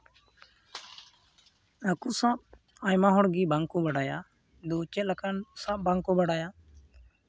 ᱦᱟᱹᱠᱩ ᱥᱟᱵ ᱟᱭᱢᱟ ᱦᱚᱲᱜᱮ ᱵᱟᱝ ᱠᱚ ᱵᱟᱰᱟᱭᱟ ᱫᱩ ᱪᱮᱫ ᱞᱮᱠᱟᱱ ᱥᱟᱵ ᱵᱟᱝᱠᱚ ᱵᱟᱰᱟᱭᱟ